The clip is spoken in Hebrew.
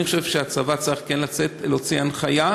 אני חושב שהצבא כן צריך להוציא הנחיה.